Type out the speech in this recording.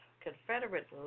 Confederate